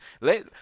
Let